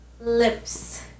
Lips